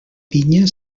vinya